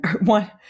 one